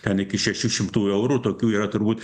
ten iki šešių šimtų eurų tokių yra turbūt